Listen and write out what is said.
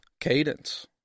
Cadence